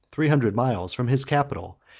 three hundred miles, from his capital,